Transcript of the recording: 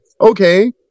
Okay